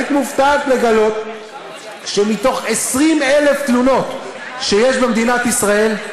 היית מופתעת לגלות שמ-20,000 תלונות שיש במדינת ישראל,